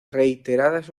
reiteradas